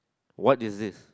what is this